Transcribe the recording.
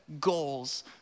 goals